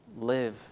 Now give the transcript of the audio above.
Live